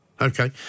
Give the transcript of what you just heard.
Okay